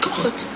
God